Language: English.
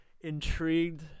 intrigued